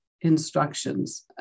instructions